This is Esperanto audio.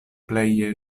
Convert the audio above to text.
pleje